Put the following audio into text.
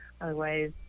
otherwise